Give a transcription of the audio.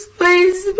please